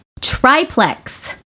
triplex